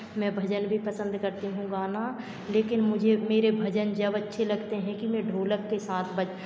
मैं भजन भी पसंद करती हूँ गाना लेकिन मुझे मेरे भजन जब अच्छे लगते हैं कि मैं ढोलक के साथ ब